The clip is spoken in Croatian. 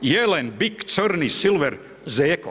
Jelen, bik, crni silver, zeko.